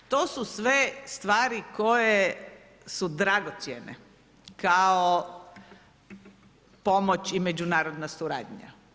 To su sve stvari koje su dragocjene kao pomoć i međunarodna suradnja.